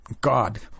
God